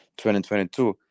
2022